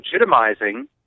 legitimizing